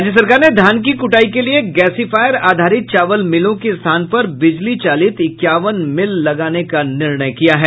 राज्य सरकार ने धान की कुटाई के लिये गैसीफायर आधारित चावल मिलों के स्थान पर बिजली चालित इक्यावन मिल लगाने का निर्णय किया है